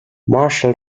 marshall